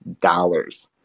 dollars